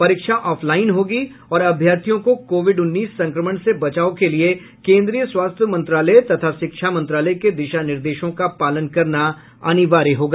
परीक्षा offline होगी और अभ्यर्थियों को कोविड उन्नीस संक्रमण से बचाव के लिये केन्द्रीय स्वास्थ्य मंत्रालय तथा शिक्षा मंत्रालय के दिशा निर्देशों का पालन करना अनिवार्य होगा